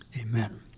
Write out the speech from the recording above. Amen